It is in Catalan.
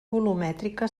volumètrica